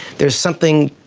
there's something,